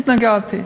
התנגדתי.